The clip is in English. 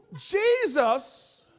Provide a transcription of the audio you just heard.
Jesus